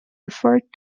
referred